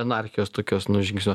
anarchijos tokios nu žingsnio